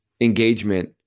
engagement